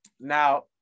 Now